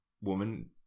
woman